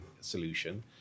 solution